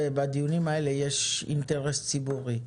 בדיונים האלה יש אינטרס ציבורי.